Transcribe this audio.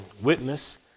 witness